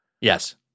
Yes